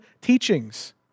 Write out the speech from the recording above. teachings